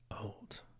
old